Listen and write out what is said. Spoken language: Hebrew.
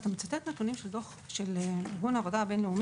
אתה מצטט נתונים של דוח של ארגון העבודה הבין-לאומי,